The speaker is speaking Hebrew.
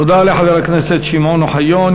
תודה לחבר הכנסת שמעון אוחיון.